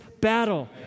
battle